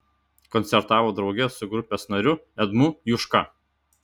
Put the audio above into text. koncertavo drauge su grupės nariu edmu juška